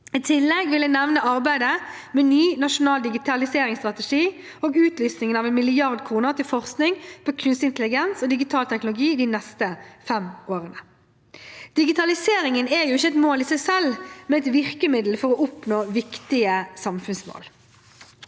I tillegg vil jeg nevne arbeidet med en ny nasjonal digitaliseringsstrategi og utlysningen av 1 mrd. kr til forskning på kunstig intelligens og digital teknologi de neste fem årene. Digitalisering er jo ikke et mål i seg selv, men et virkemiddel for å oppnå viktige samfunnsmål.